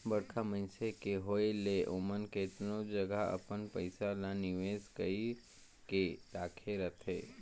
बड़खा मइनसे के होए ले ओमन केतनो जगहा अपन पइसा ल निवेस कइर के राखे रहथें